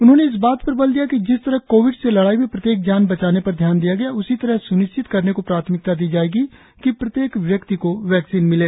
उन्होंने इस बात पर बल दिया कि जिस तरह कोविड से लड़ाई में प्रत्येक जान बचाने पर ध्यान दिया गया उसी तरह यह सुनिश्चित करने को प्राथमिकता दी जाएगी कि प्रत्येक व्यक्ति को वैक्सीन मिले